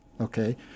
Okay